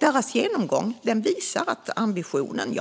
Deras genomgång visar att ambitionen